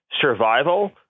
survival